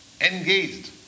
engaged